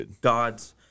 God's